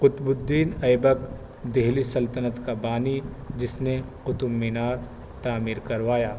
قتب الدین ایبک دہلی سلطنت کا بانی جس نے قطب مینار تعمیر کروایا